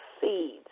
seeds